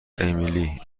امیلی